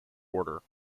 order